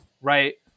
Right